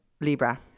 Libra